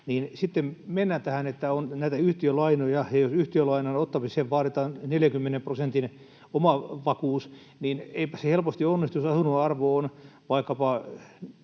sitten mennään tähän, että on näitä yhtiölainoja. Ja jos yhtiölainan ottamiseen vaaditaan 40 prosentin oma vakuus, niin eipä se helposti onnistu, jos asunnon arvo on vaikkapa